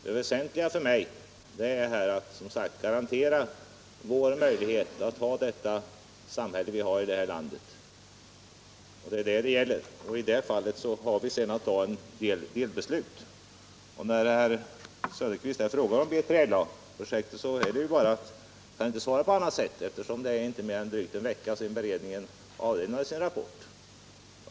Det väsentliga för mig är, som sagt, att garantera fortbeståndet av det samhälle vi har här i landet — och där har vi sedan att fatta ett antal delbeslut. Herr Söderqvist frågar om B3LA-projektet. Jag kan inte svara på annat sätt än jag gjort, eftersom det inte är mer än drygt en vecka sedan beredningen avlämnade sin rapport.